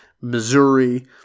Missouri